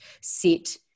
sit